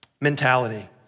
mentality